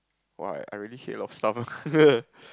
!wah! I really hate a lot of stuff